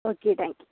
okay thank you